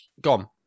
gone